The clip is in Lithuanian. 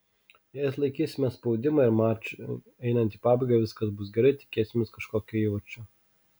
jei atlaikysime spaudimą ir mačui einant į pabaigą viskas bus gerai tikėsimės kažkokio įvarčio